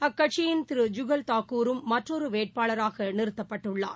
அக்கட்சியின் திரு ஜுகல் தாக்கூரும் மற்றொருவேட்பாளராகநிறுத்தப்பட்டுள்ளார்